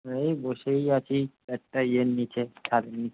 এই বসেই আছি একটা ইয়ের নিচে ছাদের নিচে